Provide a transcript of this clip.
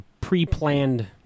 pre-planned